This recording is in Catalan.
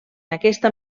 aquesta